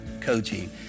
Coaching